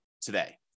today